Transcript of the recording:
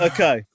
Okay